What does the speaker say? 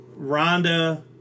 Rhonda